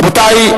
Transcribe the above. רבותי,